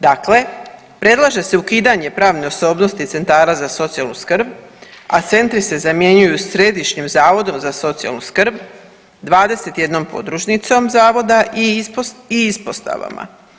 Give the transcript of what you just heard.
Dakle, predlaže se ukidanje pravne osobnosti centara za socijalnu skrb, a centri se zamjenjuju središnjim zavodom za socijalnu skrb 21 podružnicom zavoda i ispostavama.